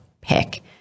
pick